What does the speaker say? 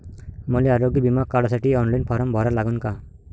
मले आरोग्य बिमा काढासाठी ऑनलाईन फारम भरा लागन का?